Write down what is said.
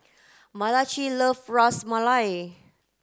Malachi love Ras Malai